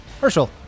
Herschel